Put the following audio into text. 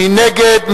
מי נגד?